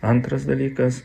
antras dalykas